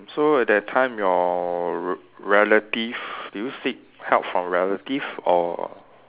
so at that time your re~ relative do you seek help from relative or